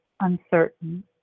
uncertain